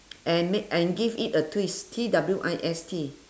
and make and give it a twist T W I S T